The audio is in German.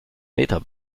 meter